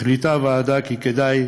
החליטה הוועדה כי כדאי